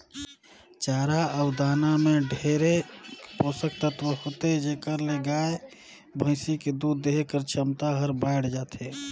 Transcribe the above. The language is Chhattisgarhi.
चारा अउ दाना में ढेरे के पोसक तत्व होथे जेखर ले गाय, भइसी के दूद देहे कर छमता हर बायड़ जाथे